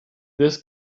this